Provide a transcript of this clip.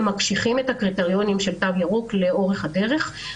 הם מקשיחים את הקריטריונים של תו ירוק לאורך הדרך.